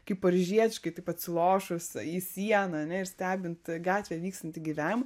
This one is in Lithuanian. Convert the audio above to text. kaip paryžietiškai taip atsilošus į sieną ane ir stebint gatvėj vykstantį gyvenimą